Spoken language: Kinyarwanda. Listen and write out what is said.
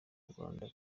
rwanda